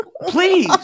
please